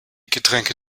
getränke